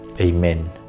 Amen